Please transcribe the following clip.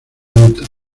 utah